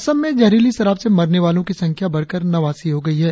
असम में जहरीली शराब से मरने वालों की संख्या नवासी हो गई है